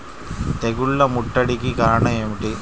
తెగుళ్ల ముట్టడికి కారణం ఏమిటి?